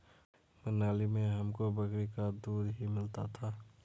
मनाली में हमको बकरी का दूध ही मिलता था